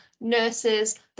nurses